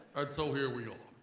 and so here we are.